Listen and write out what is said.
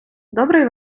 добрий